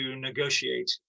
negotiate